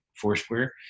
Foursquare